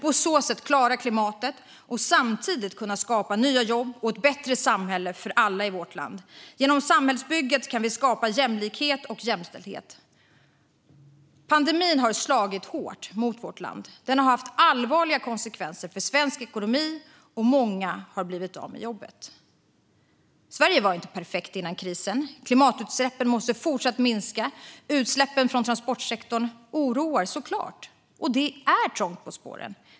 På så sätt klarar vi klimatet och kan samtidigt skapa nya jobb och ett bättre samhälle för alla i vårt land. Genom samhällsbygget kan vi skapa jämlikhet och jämställdhet. Pandemin har slagit hårt mot vårt land. Den har haft allvarliga konsekvenser för svensk ekonomi, och många har blivit av med jobbet. Sverige var inte perfekt innan krisen. Klimatutsläppen måste fortsätta att minska. Utsläppen från transportsektorn oroar - såklart. Det är trångt på spåren.